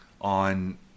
on